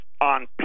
on